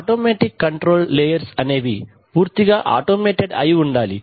automatic control layers అనేవి పూర్తిగా automated అయి ఉండాలి